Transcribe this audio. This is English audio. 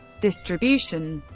distribution